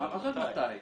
מה זה מתי?